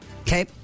Okay